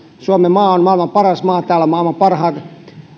suomenmaa on maailman paras maa täällä on maailman parhaat